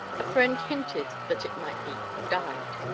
a friend hinted that it might be dyed.